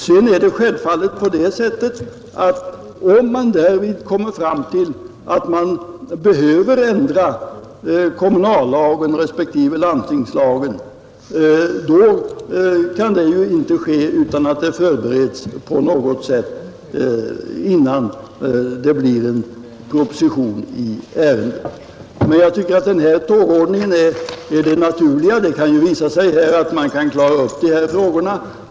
Sedan är det självklart på det sättet att om man därvid kommer fram till att det behövs ändringar i kommunallagen respektive landstingslagen, då kan det ju inte ske utan att detta förbereds på något sätt, innan det blir en proposition i ärendet. Men jag tycker att den här tågordningen är den naturliga. Det kan ju visa sig att man kan klara upp de här frågorna.